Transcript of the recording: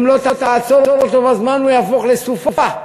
אם לא תעצור אותו בזמן הוא יהפוך לסופה,